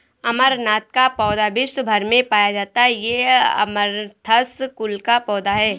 अमरनाथ का पौधा विश्व् भर में पाया जाता है ये अमरंथस कुल का पौधा है